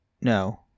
no